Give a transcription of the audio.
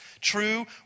true